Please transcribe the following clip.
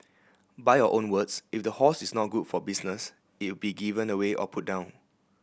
by your own words if the horse is not good for business it be given away or put down